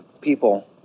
people